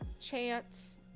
Chance